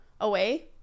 away